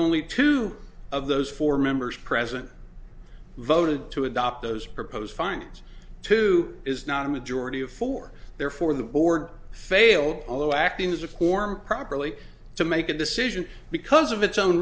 only two of those four members present voted to adopt those proposed finds two is not a majority of four therefore the board failed although acting as a form properly to make a decision because of its own